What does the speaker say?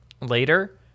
later